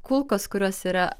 kulkos kurios yra